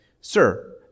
sir